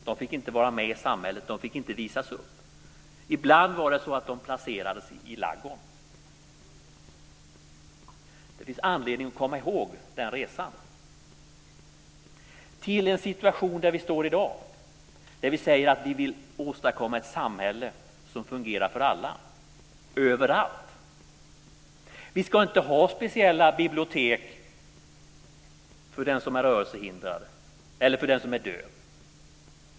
De fick inte vara med i samhället, de fick inte visas upp. Ibland var det så att de placerades i ladugården. Det finns anledning att komma ihåg den resan. I den situation där vi står i dag vill vi åstadkomma ett samhälle som fungerar för alla överallt. Vi ska inte ha speciella bibliotek för den som rörelsehindrad eller den som är döv.